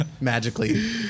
magically